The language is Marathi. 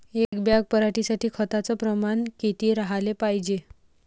एक बॅग पराटी साठी खताचं प्रमान किती राहाले पायजे?